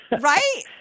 Right